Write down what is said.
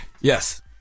Yes